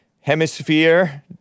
hemisphere